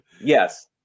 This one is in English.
Yes